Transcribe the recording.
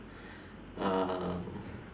um